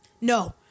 No